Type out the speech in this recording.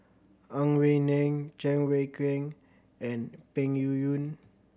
Ang Wei Neng Cheng Wai Keung and Peng Yuyun